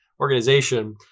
organization